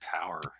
power